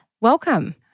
welcome